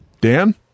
Dan